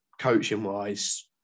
coaching-wise